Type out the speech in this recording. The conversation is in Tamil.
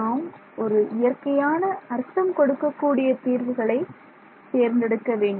நாம் ஒரு இயற்கையான அர்த்தம் கொடுக்கக்கூடிய தீர்வுகளை நாம் தேர்ந்தெடுக்க வேண்டும்